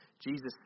Jesus